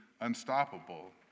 unstoppable